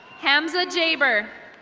hamza jayber.